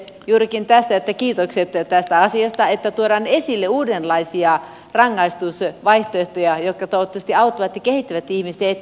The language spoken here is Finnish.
juurikin tästä että kiitokset tästä asiasta että tuodaan esille uudenlaisia rangaistusvaihtoehtoja jotka toivottavasti auttavat ja kehittävät ihmistä eteenpäin